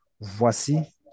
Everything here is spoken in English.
Voici